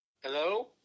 Hello